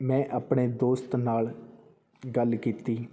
ਮੈਂ ਆਪਣੇ ਦੋਸਤ ਨਾਲ ਗੱਲ ਕੀਤੀ